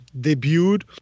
debuted